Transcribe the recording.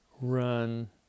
run